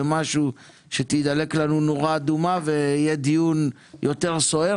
משהו שתידלק לנו נורה אדומה ויהיה דיון סוער יותר,